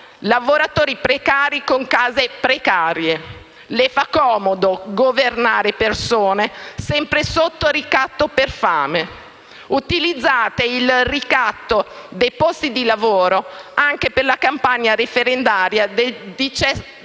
lavoratori precari con case precarie. Vi fa comodo governare persone sempre sotto ricatto per fame. Utilizzate il ricatto dei posti di lavoro anche per la campagna referendaria del 17